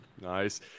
Nice